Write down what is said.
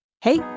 Hey